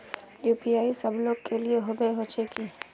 UPI सब लोग के लिए होबे होचे की?